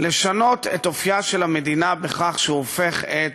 לשנות את אופייה של המדינה בכך שהוא הופך את